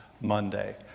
Monday